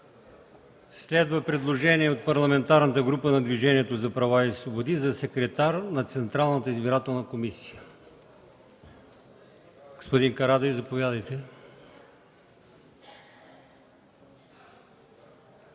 Следва предложение от Парламентарната група на Движението за права и свободи за секретар на Централната избирателна комисия. Заповядайте,